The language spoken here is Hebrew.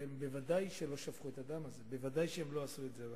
הם בוודאי לא שפכו את הדם הזה ובוודאי הם לא עשו את זה.